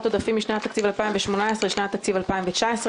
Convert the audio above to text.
עודפים משנת התקציב 2018 לשנת התקציב 2019,